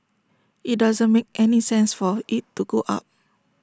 IT doesn't make any sense for IT to go up